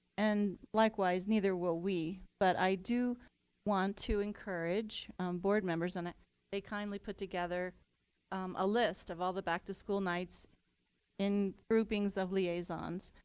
and likewise, neither will we. but i do want to encourage board members. ah they kindly put together a list of all the back to school nights in groupings of liaisons.